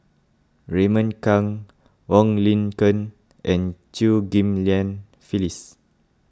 Raymond Kang Wong Lin Ken and Chew Ghim Lian Phyllis